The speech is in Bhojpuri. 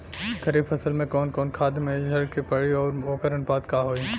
खरीफ फसल में कवन कवन खाद्य मेझर के पड़ी अउर वोकर अनुपात का होई?